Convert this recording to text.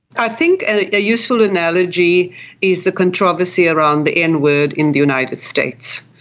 i think a useful analogy is the controversy around the n-word in the united states.